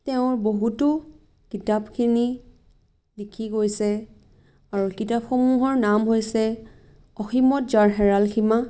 তেওঁৰ বহুতো কিতাপ কিনি লিখি গৈছে আৰু কিতাপসমূহৰ নাম হৈছে অসীমত যাৰ হেৰাল সীমা